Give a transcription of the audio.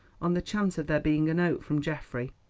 on the chance of there being a note from geoffrey.